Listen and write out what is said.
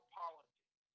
politics